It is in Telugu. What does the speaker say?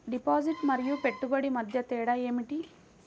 డిపాజిట్ మరియు పెట్టుబడి మధ్య తేడా ఏమిటి?